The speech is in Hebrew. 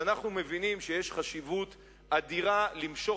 אנחנו מבינים שיש חשיבות אדירה למשוך